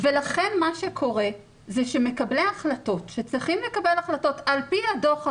לכן מה שקורה זה שמקבלי ההחלטות שצריכים לקבל החלטות על פי הדו"ח הזה,